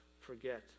forget